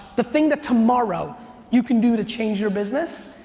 the thing that tomorrow you can do to change your business,